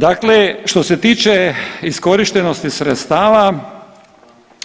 Dakle, što se tiče iskorištenosti sredstava,